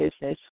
business